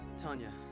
Tanya